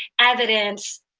evidence,